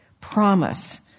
promise